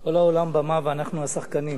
כל העולם במה, ואנחנו השחקנים.